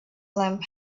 lamp